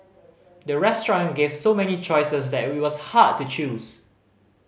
the restaurant gave so many choices that it was hard to choose